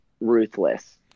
ruthless